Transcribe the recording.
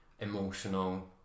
emotional